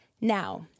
Now